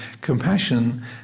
compassion